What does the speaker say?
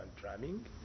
drumming